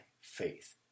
faith